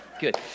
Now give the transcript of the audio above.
good